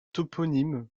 toponymes